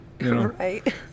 right